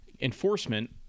enforcement